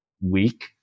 weak